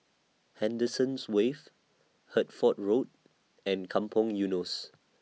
Henderson's Wave Hertford Road and Kampong Eunos